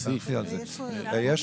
בעניין.